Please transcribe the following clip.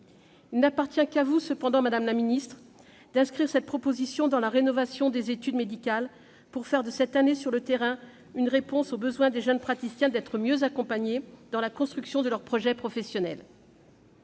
Il n'appartient toutefois qu'à vous, madame la ministre, d'inscrire cette proposition dans la rénovation des études médicales, pour faire de cette année sur le terrain une réponse au besoin des jeunes praticiens d'être mieux accompagnés dans la construction de leur projet professionnel.